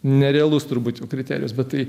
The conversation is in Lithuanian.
nerealus turbūt jau kriterijus bet tai